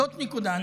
זאת נקודה אחת.